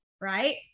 right